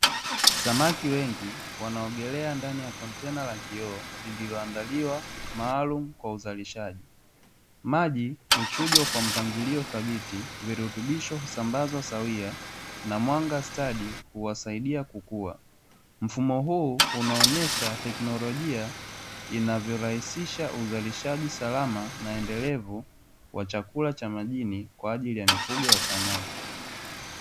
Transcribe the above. Samaki wengi wanaongelea ndani ya kontena la kioo, lililoandaliwa maalum kwa uzalishaji Maji huchujwa kwa mpangilio thabiti, virutubisho sambazwa sawia na mwanga stadi kuwasaidia kukua Mfumo huu unaonesha teknolojia inavyorahisisha uzalish Endelevu wa chakula cha majini kwa ajili ya mifugo ya samaki.